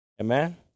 amen